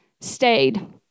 stayed